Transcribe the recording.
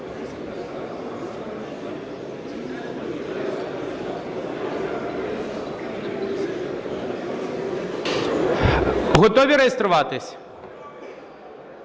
Готові реєструватись?